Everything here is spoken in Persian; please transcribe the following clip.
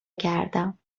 کردم